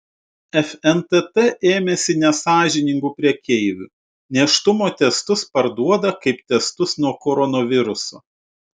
fntt ėmėsi nesąžiningų prekeivių nėštumo testus parduoda kaip testus nuo koronaviruso